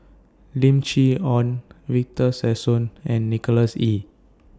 Lim Chee Onn Victor Sassoon and Nicholas Ee